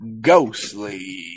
Ghostly